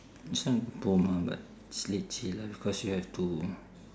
this one problem ah but it's leceh lah because you have to